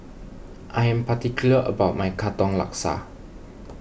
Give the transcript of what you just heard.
I am particular about my Katong Laksa